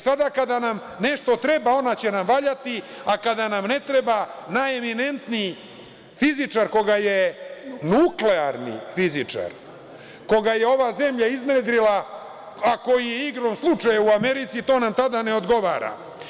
Sada kada nam nešto treba ona će nam valjati, a kada nam ne treba najeminentniji fizičar, nuklearni fizičar, koga je ova zemlja iznedrila, a koji je igrom slučaja u Americi, to nam tada ne odgovara.